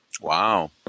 Wow